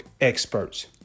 experts